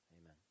Amen